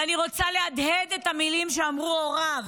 ואני רוצה להדהד את המילים שאמרו הוריו.